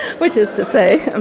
which is to say, um